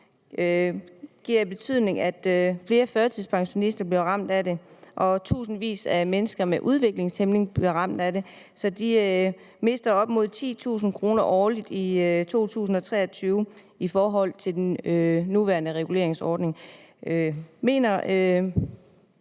betyder, at flere førtidspensionister bliver ramt af den, og at tusindvis af mennesker med udviklingshæmning bliver ramt af den, så de mister op mod 10.000 kr. årligt i 2023 i forhold til med den tidligere reguleringsordning. Mener